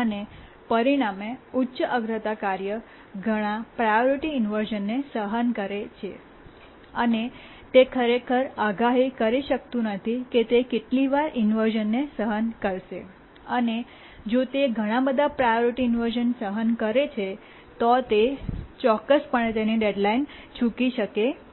અને પરિણામે ઉચ્ચ અગ્રતા કાર્ય ઘણા પ્રાયોરિટી ઇન્વર્શ઼નને સહન કરે છે અને તે ખરેખર આગાહી કરી શકતું નથી કે તે કેટલી વાર ઇન્વર્શ઼નને સહન કરશે અને જો તે ઘણા બધા પ્ર ઇન્વર્શ઼ન સહન કરે છે તો તે ચોક્કસપણે તેની ડેડલાઇન ચૂકી શકે છે